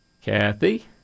Kathy